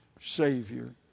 Savior